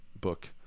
book